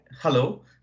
hello